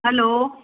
hello